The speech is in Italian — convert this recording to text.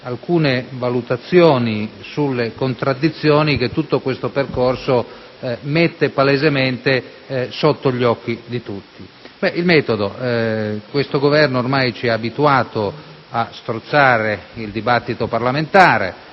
alcune valutazioni sulle contraddizioni che tutto questo percorso mette palesemente sotto gli occhi di tutti. Per quanto riguarda il metodo, questo Governo ci ha abituato a strozzare il dibattito parlamentare